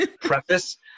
preface